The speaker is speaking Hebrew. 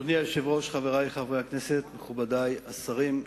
אדוני היושב-ראש, חברי חברי הכנסת, מכובדי השרים,